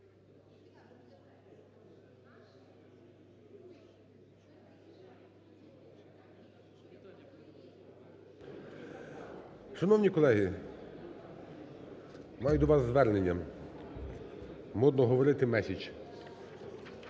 Шановні колеги, маю до вас звернення, модно говорити, меседж.